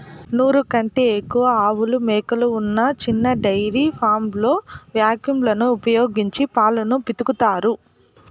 నూరు కంటే ఎక్కువ ఆవులు, మేకలు ఉన్న చిన్న డెయిరీ ఫామ్లలో వాక్యూమ్ లను ఉపయోగించి పాలను పితుకుతారు